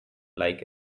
like